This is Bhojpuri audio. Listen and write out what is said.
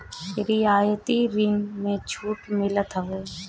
रियायती ऋण में छूट मिलत हवे